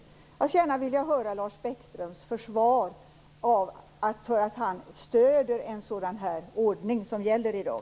Jag skulle gärna vilja höra Lars Bäckströms försvar av att han stöder en sådan ordning som gäller i dag.